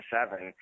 Seven